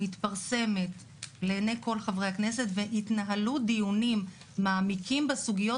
מתפרסמת לעיני כל חברי הכנסת והתנהלו דיונים מעמיקים בסוגיות